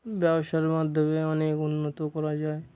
ব্যবসার মাধ্যমে অনেক উন্নতিও করা যায়